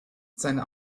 seine